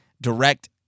direct